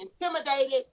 intimidated